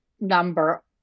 number